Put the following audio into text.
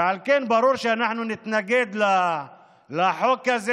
ועל כן ברור שאנחנו נתנגד לחוק הזה.